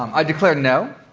i declare no.